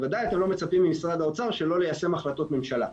בוודאי אתם לא מצפים ממשרד האוצר שלא ליישם החלטות ממשלה.